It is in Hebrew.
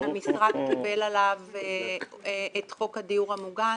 המשרד קיבל עליו את חוק הדיור המוגן